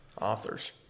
authors